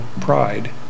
pride